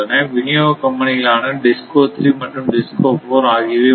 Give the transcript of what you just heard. விநியோக கம்பெனிகள் ஆன DISCO 3 மற்றும் DISCO 4 ஆகியவை உள்ளன